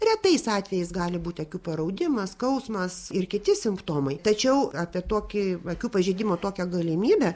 retais atvejais gali būti akių paraudimas skausmas ir kiti simptomai tačiau apie tokį akių pažeidimo tokią galimybę